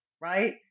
right